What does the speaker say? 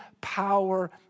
power